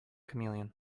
chameleon